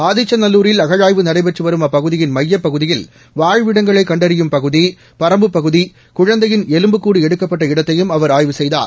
ஆதிச்சநல்லூரில் அகழாய்வு நடைபெற்று வரும் அப்பகுதியின் மையப் பகுதியில் வாழ்விடங்களை கண்டறியும் பகுதி பரம்புப்பகுதி குழந்தையின் எலும்புக்கூடு எடுக்கப்பட்ட இடத்தையும் அவர் ஆய்வு செய்தார்